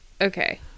Okay